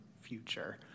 future